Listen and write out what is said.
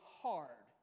hard